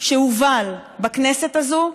שהובל בכנסת הזאת,